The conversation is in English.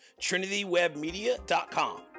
trinitywebmedia.com